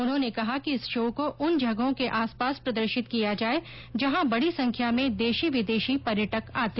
उन्होंने कहा कि इस शो को उन जगहों के आस पास प्रदर्शित किया जाए जहां बड़ी संख्या में देशी विदेशी पर्यटक आते हैं